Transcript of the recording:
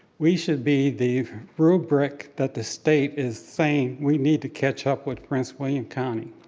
we should be the rubric that the state is saying, we need to catch up with prince william county.